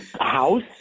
house